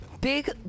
Big